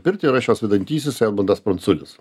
pirtį ir aš jos vedantysis edmundas pranculis